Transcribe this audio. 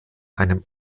einem